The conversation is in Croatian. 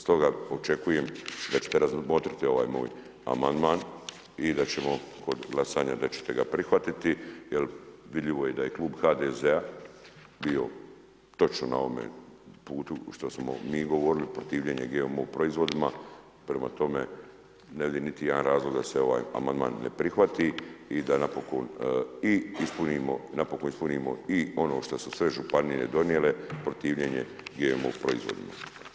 Stoga očekujem da ćete razmotriti ovaj moj amandman i da ćemo kod glasanja, da ćete ga prihvatiti, jer vidljivo je da je i Klub HDZ-a bio točno na ovome putu, što smo mi govorili, protivljenje GMO proizvodima, prema tome, ne vidim niti jedan razloga da se ovaj amandman ne prihvati i da napokon i ispunimo, napokon ispunimo i ono što su sve županije donijele, protivljenje GMO proizvodima.